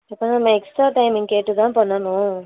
அப்போ நம்ம extra timing கேட்டு தான் பண்ணணும்